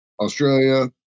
Australia